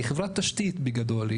היא חברת תשתית, בגדול.